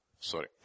Sorry